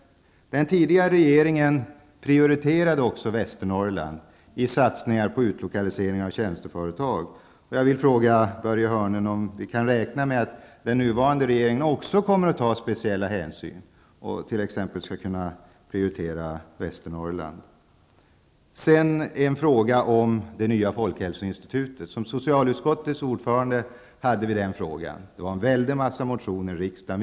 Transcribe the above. Den tidigare regeringen prioriterade också Västernorrland i satsningar på utlokalisering av tjänsteföretag. Jag vill fråga Börje Hörnlund om vi kan räkna med att den nuvarande regeringen också kommer att ta speciella hänsyn och t.ex. prioritera Sedan har jag en fråga om det nya folkhälsoinstitutet. I socialutskottet hade vi den frågan uppe. Det förekom en väldig mängd motioner i riksdagen.